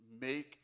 make